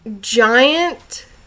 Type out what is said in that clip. giant